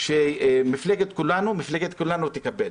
של מפלגת כולנו מפלגת כולנו תקבל.